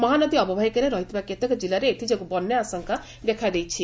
ମହାନଦୀ ଅବବାହିକାରେ ରହିଥିବା କେତେକ ଜିଲ୍ଲାରେ ଏଥିଯୋଗୁଁ ବନ୍ୟା ଆଶଙ୍କା ଦେଖାଦେଇଛି